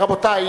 רבותי,